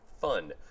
fun